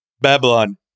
Babylon